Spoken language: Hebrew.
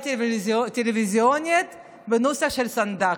טלוויזיונית בנוסח הסנדק.